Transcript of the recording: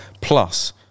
Plus